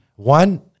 One